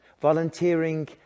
volunteering